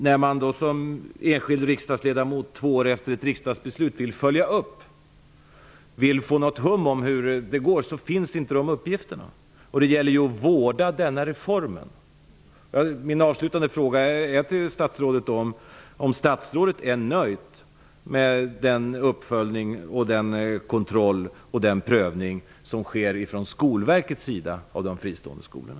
När jag som enskild riksdagsledamot två år efter ett riksdagsbeslut vill följa upp hur det går, finner jag det förvånande att upgifterna inte finns. Det gäller att vårda reformen. Min avslutande fråga till statsrådet är följande: Är statsrådet nöjd med den uppföljning, kontroll och prövning som sker från Skolverkets sida av de fristående skolorna?